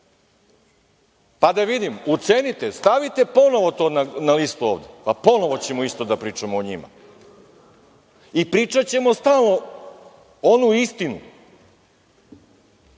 pa da vidim, ucenite, stavite ponovo to na listu ovde, pa ponovo ćemo isto da pričamo o njima i pričaćemo stalno onu istinu